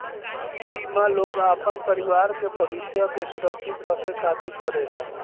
इ बीमा लोग अपना परिवार के भविष्य के सुरक्षित करे खातिर करेला